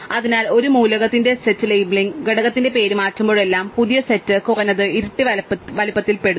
അതിനാൽ ഒരു മൂലകത്തിന്റെ സെറ്റ് ലേബലിംഗ് ഘടകത്തിന്റെ പേര് മാറുമ്പോഴെല്ലാം പുതിയ സെറ്റ് കുറഞ്ഞത് ഇരട്ടി വലുപ്പത്തിൽ പെടുന്നു